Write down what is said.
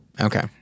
Okay